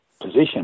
position